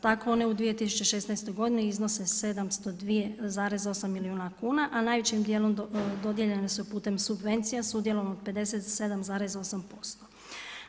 Tako su one u 2016. godini iznose 702,8 milijuna kuna a najvećim djelom dodijeljene su putem subvencija s udjelom 57,8%